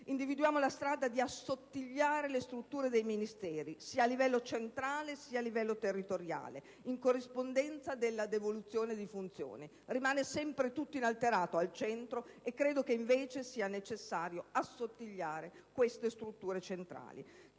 Individuiamo la strada di assottigliare le strutture dei Ministeri, sia a livello centrale sia a livello territoriale, in corrispondenza della devoluzione di funzioni. Rimane sempre tutto inalterato al centro e credo che invece sia necessario assottigliare le strutture centrali.